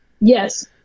Yes